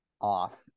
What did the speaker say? off